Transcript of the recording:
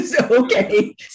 okay